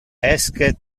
esque